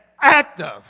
active